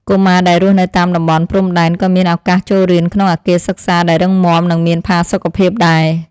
កុមារដែលរស់នៅតាមតំបន់ព្រំដែនក៏មានឱកាសចូលរៀនក្នុងអគារសិក្សាដែលរឹងមាំនិងមានផាសុកភាពដែរ។